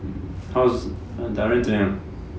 how's 那边怎样